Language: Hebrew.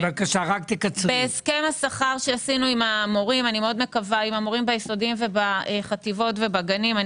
בהסכם השכר שעשינו עם המורים ביסודיים ובחטיבות ובגנים,